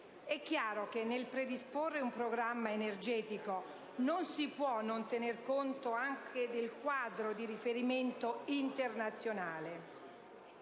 È chiaro che nel predisporre un programma energetico non si può non tener conto anche del quadro di riferimento internazionale.